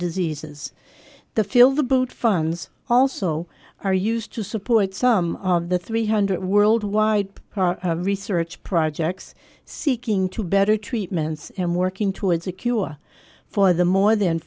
diseases the feel the boat funds also are used to support some of the three hundred worldwide research projects seeking to better treatments and working towards a cure for the more than